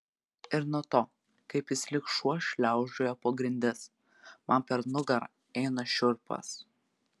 ir nuo to kaip jis lyg šuo šliaužioja po grindis man per nugarą eina šiurpas